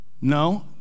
No